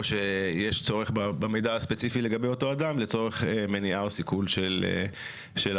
או יש צורך במידע הספציפי לגבי אותו אדם לצורך מניעה או סיכול של עבירה.